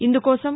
ఇందుకోసం